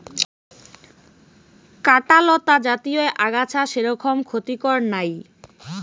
কাঁটালতা জাতীয় আগাছা সেরকম ক্ষতিকর নাই